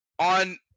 On